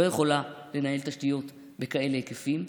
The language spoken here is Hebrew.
לא יכולה לנהל תשתיות בכאלה היקפים.